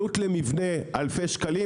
עלות למבנה אלפי שקלים.